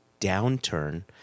downturn